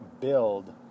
build